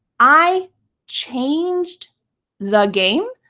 i changed the game.